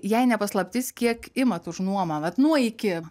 jei ne paslaptis kiek imat už nuomą vat nuo iki